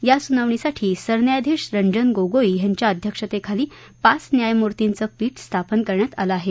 या सुनावणीसाठी सरन्यायाधीश रंजन गोगोई यांच्या अध्यक्षतेखाली पाच न्यायमूर्तीचं पीठ स्थापन करण्यात आलं आहे